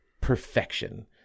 perfection